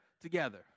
together